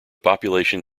population